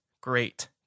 Great